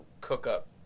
cook-up